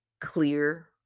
Clear